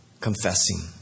confessing